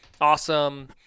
awesome